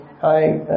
Hi